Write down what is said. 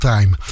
Time